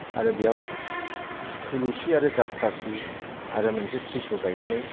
आरो बेयाव थुलुंसि आरो जाथ्रासि आरो मोनसे त्रिसुल गायनानै